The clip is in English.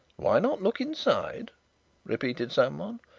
why not look inside repeated someone.